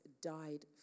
died